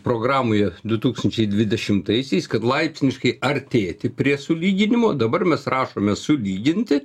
programoje du tūkstančiai dvidešimtaisiais kad laipsniškai artėti prie sulyginimo dabar mes rašome sulyginti